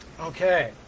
okay